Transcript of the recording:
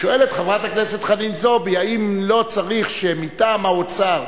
שואלת חברת הכנסת חנין זועבי אם לא צריך שמטעם האוצר,